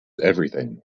everything